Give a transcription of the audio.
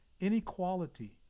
inequality